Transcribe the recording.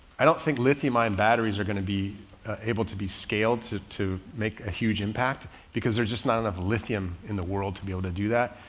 i don't think lithium ion and batteries are going to be able to be scaled to, to make a huge impact because there's just not enough lithium in the world to be able to do that,